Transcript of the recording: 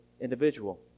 individual